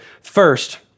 First